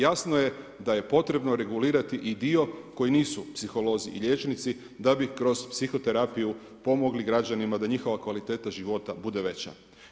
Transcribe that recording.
Jasno je da je potrebno regulirati i dio koji nisu psiholozi i liječnici, da bi kroz psihoterapiju, pomogli građanima, da njihova kvaliteta života bude veća.